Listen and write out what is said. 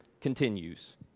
continues